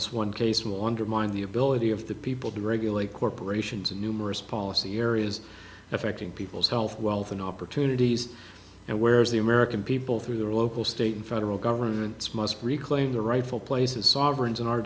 this one case will undermine the ability of the people to regulate corporations in numerous policy areas affecting people's health wealth and opportunities and where is the american people through their local state and federal governments must reclaim their rightful place as sovereign